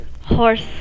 Horse